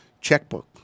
checkbook